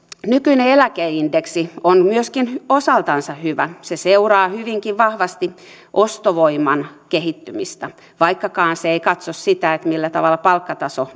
nykyinen eläkeindeksi on osaltansa hyvä se seuraa hyvinkin vahvasti ostovoiman kehittymistä vaikkakaan se ei katso niinkään vahvasti sitä millä tavalla palkkataso